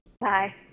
Bye